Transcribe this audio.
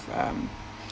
um